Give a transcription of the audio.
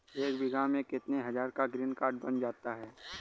एक बीघा में कितनी हज़ार का ग्रीनकार्ड बन जाता है?